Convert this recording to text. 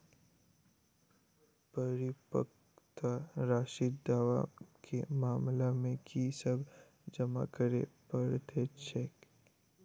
परिपक्वता राशि दावा केँ मामला मे की सब जमा करै पड़तै छैक?